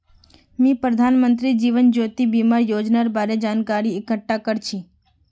मी प्रधानमंत्री जीवन ज्योति बीमार योजनार बारे जानकारी इकट्ठा कर छी